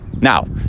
Now